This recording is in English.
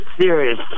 serious